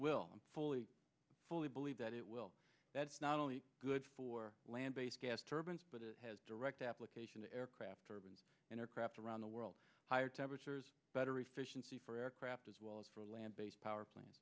will fully fully believe that it will that's not only good for land based gas turbines but it has direct application to aircraft urban inner craft around the world higher temperatures better efficiency for aircraft as well as for land based power plant